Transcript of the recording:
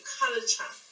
culture